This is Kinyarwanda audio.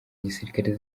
gisirikare